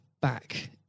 back